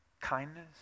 Kindness